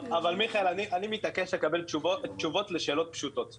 אבל מיכאל אני מתעקש לקבל תשובות לשאלות פשוטות.